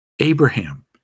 Abraham